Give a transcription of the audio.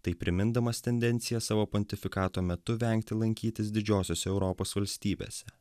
taip primindamas tendenciją savo pontifikato metu vengti lankytis didžiosiose europos valstybėse